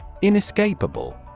Inescapable